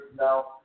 now